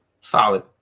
solid